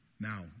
Now